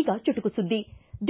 ಈಗ ಚುಟುಕು ಸುದ್ದಿ